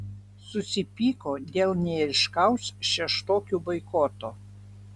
susipyko dėl neaiškaus šeštokių boikoto